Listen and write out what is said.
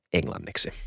englanniksi